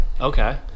okay